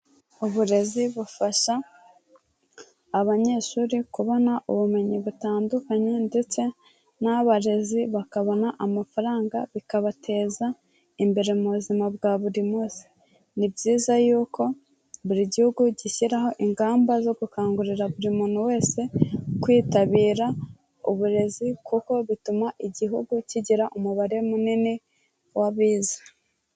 Uburezi bufasha abanyeshuri kubona ubumenyi butandukanye ndetse n'abarezi bakabona amafaranga bikabateza imbere mu buzima bwa buri munsi. Ni byiza yuko buri gihugu gishyiraho ingamba zo gukangurira buri muntu wese kwitabira uburezi kuko bituma igihugu kigira umubare munini w'abize.